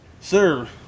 Sir